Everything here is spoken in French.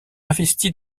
investi